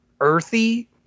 earthy